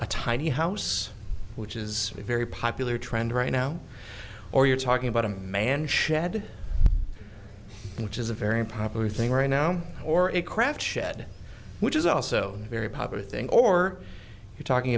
a tiny house which is a very popular trend right now or you're talking about a man shed which is a very popular thing right now or a craft shed which is also a very popular thing or you're talking